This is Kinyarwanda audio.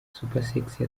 supersexy